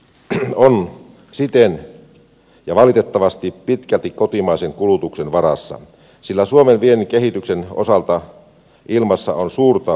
kasvu on siten ja valitettavasti pitkälti kotimaisen kulutuksen varassa sillä suomen viennin kehityksen osalta ilmassa on suurta epävarmuutta